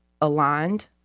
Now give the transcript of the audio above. aligned